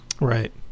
Right